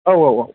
औ औ औ